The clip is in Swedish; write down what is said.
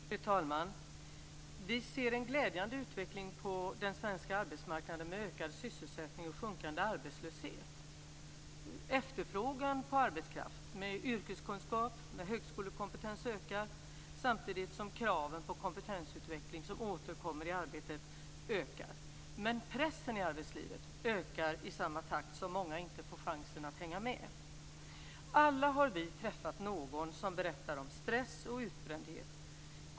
Fru talman! Vi ser en glädjande utveckling på den svenska arbetsmarknaden med ökad sysselsättning och sjunkande arbetslöshet. Efterfrågan på arbetskraft med yrkeskunskap och högskolekompetens ökar, samtidigt som kraven på kompetensutveckling som återkommer i arbetet ökar. Men pressen i arbetslivet ökar i samma takt, och det gör att många inte får chansen att hänga med. Alla har vi träffat någon som berättar om stress och utbrändhet.